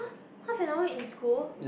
half an hour in school